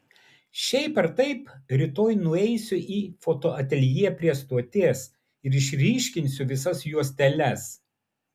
šiaip ar taip rytoj nueisiu į fotoateljė prie stoties ir išryškinsiu visas juosteles